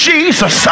Jesus